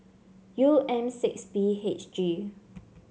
U M six B H G